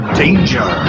danger